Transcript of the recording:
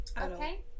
okay